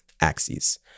axes